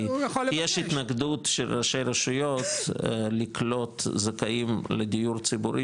כי יש התנגדות של ראשי רשויות לקלוט זכאים לדיור ציבורי,